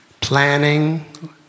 planning